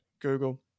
Google